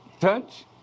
touch